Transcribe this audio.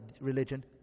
religion